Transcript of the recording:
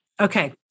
Okay